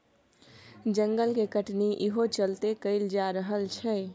जंगल के कटनी इहो चलते कएल जा रहल छै